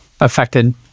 affected